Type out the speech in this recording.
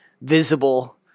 visible